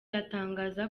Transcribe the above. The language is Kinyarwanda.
atangaza